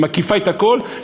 שמקיפה את הכול,